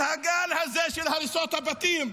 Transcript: את הגל הזה של הריסות הבתים,